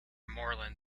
moreland